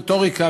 רטוריקה,